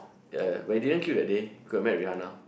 ya but we didn't queue that day could have met Rihanna